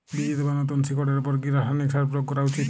বীজ অথবা নতুন শিকড় এর উপর কি রাসায়ানিক সার প্রয়োগ করা উচিৎ?